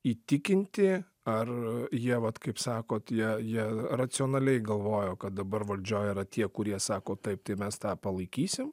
įtikinti ar jie vat kaip sakot jie jie racionaliai galvojo kad dabar valdžioj yra tie kurie sako taip tai mes tą palaikysim